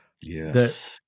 Yes